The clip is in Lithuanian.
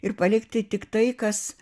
ir palikti tik tai kas